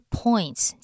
points